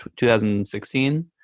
2016